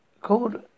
called